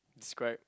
describe